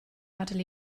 adael